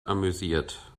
amüsiert